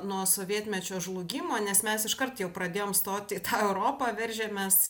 nuo sovietmečio žlugimo nes mes iškart jau pradėjom stot europą veržėmės